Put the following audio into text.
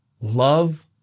love